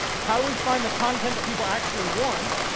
how do we find the content that people actually want